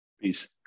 Peace